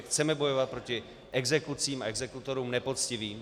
Chceme bojovat proti exekucím a exekutorům nepoctivým.